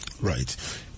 Right